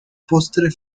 postre